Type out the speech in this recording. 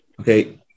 Okay